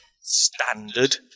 standard